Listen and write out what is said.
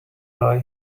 lie